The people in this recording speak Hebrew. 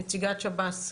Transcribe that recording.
נציגת שב"ס.